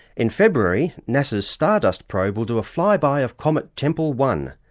in february, nasa's stardust probe will do a fly-by of comet tempel one.